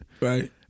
Right